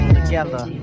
together